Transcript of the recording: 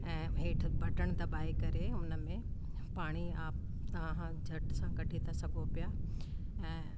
ऐं हेठि बटण दॿाए करे उन में पाणी आप तव्हां झटि सां कढी था सघो पिया ऐं